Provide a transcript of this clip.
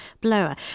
Blower